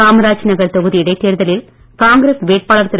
காமராஜர் பாதுகாப்பு நகர் தொகுதி இடைத்தேர்தலில் காங்கிரஸ் வேட்பாளர் திரு